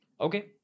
Okay